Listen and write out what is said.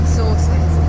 sources